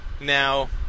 Now